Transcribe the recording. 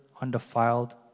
undefiled